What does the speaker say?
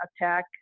attack